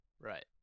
Right